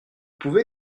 pouvez